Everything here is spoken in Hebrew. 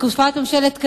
בתקופת ממשלת קדימה,